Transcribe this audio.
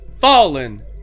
fallen